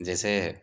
جیسے